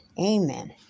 Amen